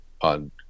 on